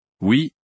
Oui